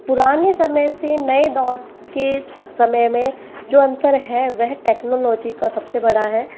पुराने समय से नए दौर के समय में जो अंतर है वह टेक्नोलोजी का सबसे बड़ा है